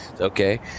okay